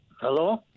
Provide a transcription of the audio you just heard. Hello